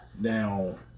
Now